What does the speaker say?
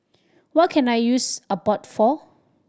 what can I use Abbott for